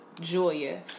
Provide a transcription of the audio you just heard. Julia